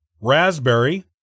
raspberry